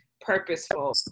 purposeful